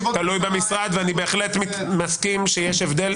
ואני בהחלט מסכים שיש הבדל.